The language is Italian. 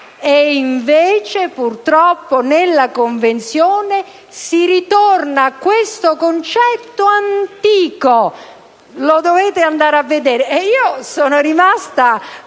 E invece purtroppo nella Convenzione si ritorna a questo concetto antico; lo dovete andare a vedere. Io sono rimasta